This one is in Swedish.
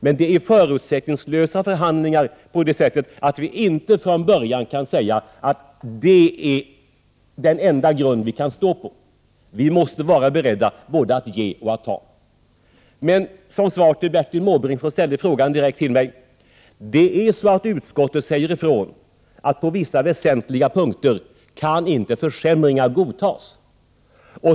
Men förhandlingarna är förutsättningslösa på det sättet att vi från början inte kan säga att detta är den enda grund vi kan stå på. Vi måste vara beredda både att ge och att ta. Som svar på Bertil Måbrinks direkta fråga till mig vill jag säga att utskottet säger ifrån när det gäller att försämringar inte kan godtas på vissa väsentliga punkter.